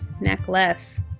Necklace